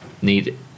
need